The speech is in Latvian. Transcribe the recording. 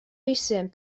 visiem